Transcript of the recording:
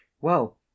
Well